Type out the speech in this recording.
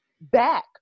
back